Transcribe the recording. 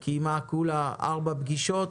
הוועדה הזאת קיימה ארבע פגישות,